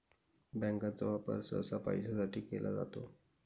बँकांचा वापर सहसा पैशासाठी केला जातो